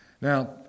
Now